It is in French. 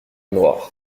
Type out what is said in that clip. noir